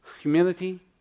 Humility